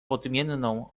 odmienną